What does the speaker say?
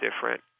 different